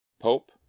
pope